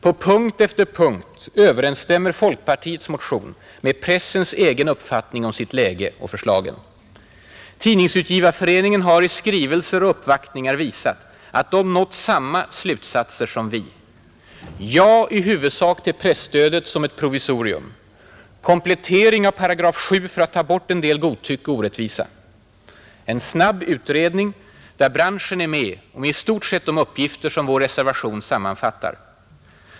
På punkt efter punkt överensstämmer folkpartiets motion med pressens egen uppfattning om sitt läge och om förslagen. Tidningsutgivareföreningen har i skrivelser och vid uppvaktningar visat att man har nått samma slutsatser som vi: Komplettering av § 7 för att ta bort en del godtycke och orättvisa. En snabb utredning där branschen är med och som har i stort sett de uppgifter vår reservation sammanfattar.